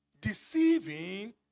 deceiving